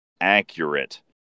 accurate